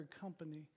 company